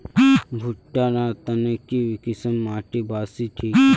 भुट्टा र तने की किसम माटी बासी ठिक?